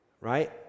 right